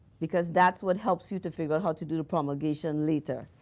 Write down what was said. because that's what helps you to figure out how to do the promulgation later.